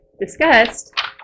discussed